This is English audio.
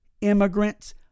immigrants